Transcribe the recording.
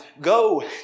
go